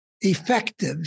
effective